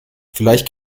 vielleicht